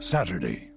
Saturday